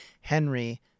Henry